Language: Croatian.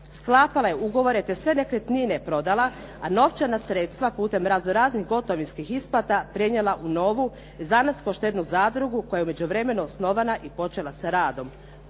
sklapala je ugovore, sve nekretnine je prodala, a novčana sredstva putem raznoraznih gotovinskih isplata prenijela u novu zanatsko-štednu zadrugu, pa je u međuvremenu osnovana i počela sa radom.